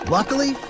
Luckily